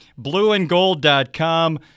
blueandgold.com